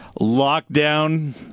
Lockdown